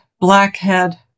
blackhead